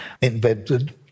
invented